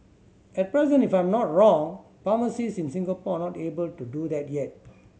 at present if I am not wrong pharmacist in Singapore are not able to do that yet